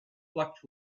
plucked